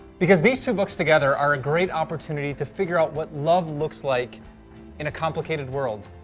because these two books together are a great opportunity to figure out what love looks like in a complicated world.